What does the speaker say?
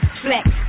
flex